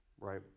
Right